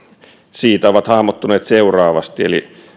siitä ovat hahmottuneet seuraavasti